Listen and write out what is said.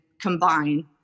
combine